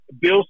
Bill